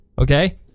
Okay